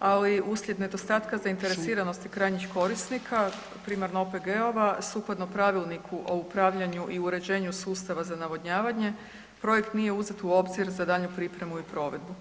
ali uslijed nedostatka zainteresiranosti krajnjih korisnika primarno OPG-ova sukladno Pravilniku o upravljanju i uređenju sustava za navodnjavanje projekt nije uzet u obzir za daljnju pripremu i provedbu.